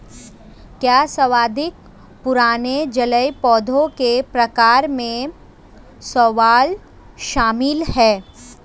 क्या सर्वाधिक पुराने जलीय पौधों के प्रकार में शैवाल शामिल है?